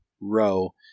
row